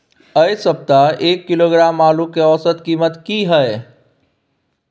ऐ सप्ताह एक किलोग्राम आलू के औसत कीमत कि हय?